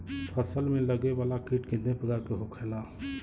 फसल में लगे वाला कीट कितने प्रकार के होखेला?